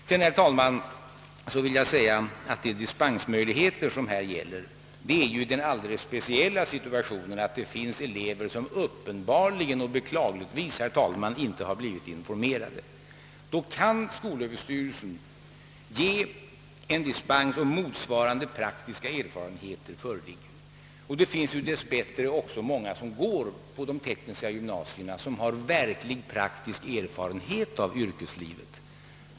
| Slutligen vill jag säga att de dispensmöjligheter som gäller är avsedda för den alldeles speciella situationen, att det finns elever som uppenbarligen och beklagligtvis inte har blivit informerade. Då kan skolöverstyrelsen ge dispens när motsvarande praktiska erfarenheter föreligger. Dess bättre finns det också många som går på de tekniska gymnasierna som har verklig praktisk erfarenhet av yrkeslivet.